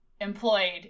employed